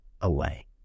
away